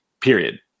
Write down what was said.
period